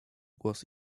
głos